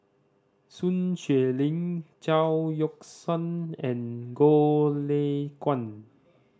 Sun Xueling Chao Yoke San and Goh Lay Kuan